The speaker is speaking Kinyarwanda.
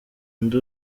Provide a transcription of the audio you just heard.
ndi